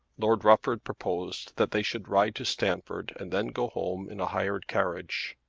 lord rufford proposed that they should ride to stamford and then go home in a hired carriage.